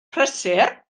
prysur